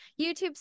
YouTube